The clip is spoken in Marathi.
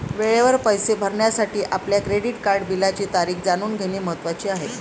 वेळेवर पैसे भरण्यासाठी आपल्या क्रेडिट कार्ड बिलाची तारीख जाणून घेणे महत्वाचे आहे